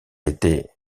était